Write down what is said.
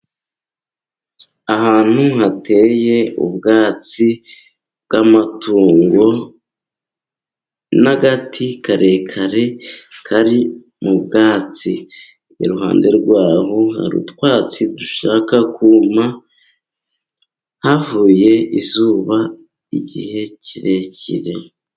Ahantu hateye ubwatsi bw'amatungo, n'agati karekare kari mu bwatsi. Iruhande rwaho hari utwatsi dushaka kuma, havuye izuba igihe kirekire.